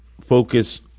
focus